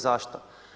Zašto?